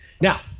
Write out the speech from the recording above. Now